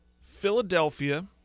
Philadelphia